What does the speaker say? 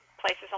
places